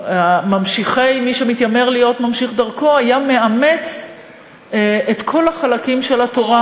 ממשיכי מי שמתיימר להיות ממשיך דרכו היה מאמץ את כל החלקים של התורה,